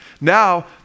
Now